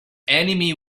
enemy